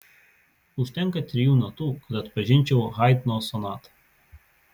užtenka trijų natų kad atpažinčiau haidno sonatą